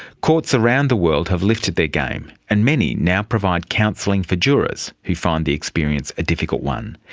courts around the world have lifted their game and many now provide counselling for jurors who find the experience a difficult one.